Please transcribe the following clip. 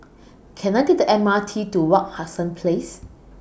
Can I Take The M R T to Wak Hassan Place